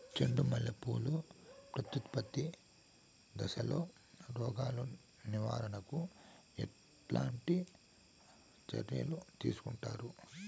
చెండు మల్లె పూలు ప్రత్యుత్పత్తి దశలో రోగాలు నివారణకు ఎట్లాంటి చర్యలు తీసుకుంటారు?